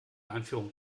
einführung